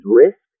risk